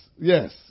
yes